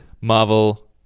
Marvel